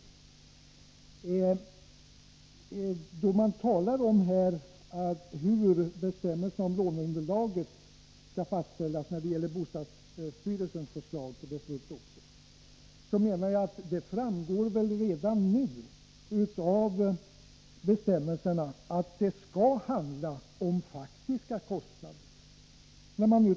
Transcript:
När det gäller bostadsstyrelsens förslag beträffande bestämmelsen om hur låneunderlaget skall fastställas menar jag att det redan nu framgår av bestämmelserna att det skall handla om faktiska kostnader.